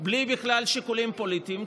בלי בכלל שיקולים פוליטיים,